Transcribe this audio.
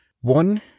One